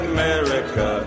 America